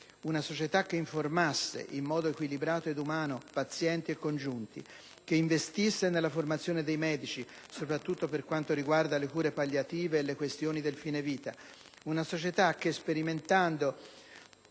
Una società che informasse in modo equilibrato ed umano pazienti e congiunti; che investisse nella formazione dei medici, soprattutto per quanto riguarda le cure palliative e le questioni del fine vita; una società che, sperimentando,